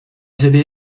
serie